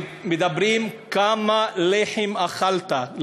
כמה לחם אכלת.